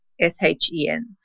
S-H-E-N